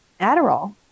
Adderall